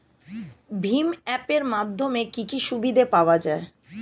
ভিম app এর মাধ্যমে কি কি সুবিধা পাওয়া যায়?